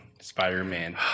Spider-Man